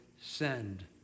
send